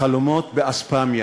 חלומות באספמיה,